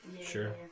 Sure